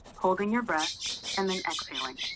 holding your breath and then exhaling.